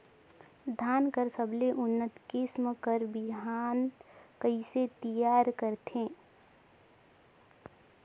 धान कर सबले उन्नत किसम कर बिहान कइसे तियार करथे?